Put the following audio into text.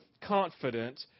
confident